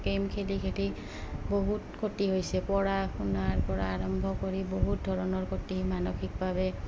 game খেলি খেলি বহুত ক্ষতি হৈছে পঢ়া শুনাৰ পৰা আৰম্ভ কৰি বহুত ধৰণৰ ক্ষতি মানসিকভাৱে